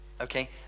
Okay